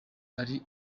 ari